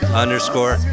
underscore